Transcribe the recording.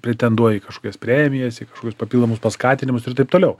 pretenduoji į kažkokias premijas į kažkokius papildomus paskatinimus ir taip toliau